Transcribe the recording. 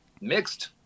mixed